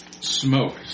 smoke